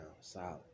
solid